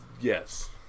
Yes